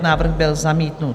Návrh byl zamítnut.